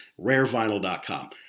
RareVinyl.com